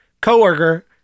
coworker